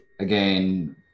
again